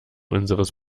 unseres